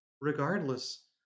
regardless